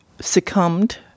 succumbed